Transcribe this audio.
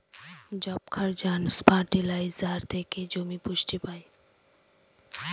যবক্ষারজান ফার্টিলাইজার থেকে জমি পুষ্টি পায়